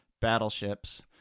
battleships